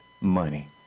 money